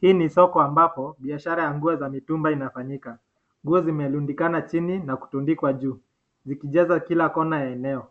Hii ni soko ambapo biashara ya nguo za mitumba inafanyika. Nguo zimerundikana chini na kutundikwa juu, zikijaza kila kona ya eneo.